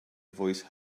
voice